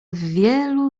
wielu